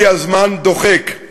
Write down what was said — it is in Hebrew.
כי הזמן דוחק.